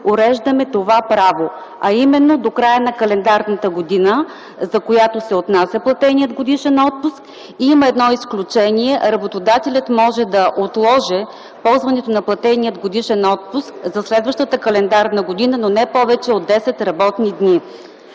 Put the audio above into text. уреждаме това право, а именно до края на календарната година, за която се отнася платеният годишен отпуск. Има едно изключение – работодателят може да отложи ползването на платения годишен отпуск за следващата календарна година, но не повече от 10 работни дни.